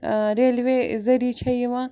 ٲں ریلوے ذریعہِ چھِ یوان